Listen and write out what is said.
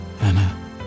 Anna